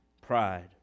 pride